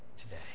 today